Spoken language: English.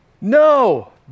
No